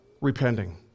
repenting